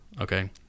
Okay